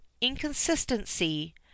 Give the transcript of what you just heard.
inconsistency